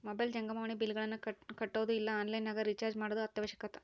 mobile ಜಂಗಮವಾಣಿ ಬಿಲ್ಲ್ಗಳನ್ನ ಕಟ್ಟೊದು ಇಲ್ಲ ಆನ್ಲೈನ್ ನಗ ರಿಚಾರ್ಜ್ ಮಾಡ್ಸೊದು ಅತ್ಯವಶ್ಯಕ